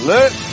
Let